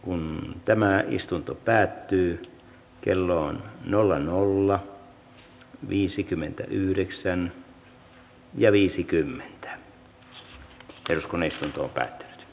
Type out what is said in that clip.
on tämä istunto päättyy kello nolla nolla asian käsittely päättyi